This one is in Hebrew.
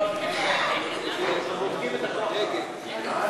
אין